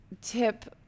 tip